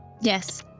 Yes